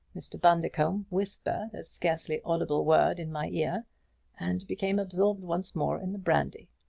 mr. bundercombe whispered a scarcely audible word in my ear and became absorbed once more in the brandy.